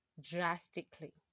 drastically